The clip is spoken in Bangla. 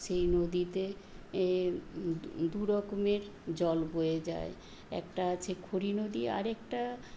সেই নদীতে এ দুরকমের জল বয়ে যায় একটা আছে নদী আরেকটা